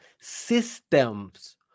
systems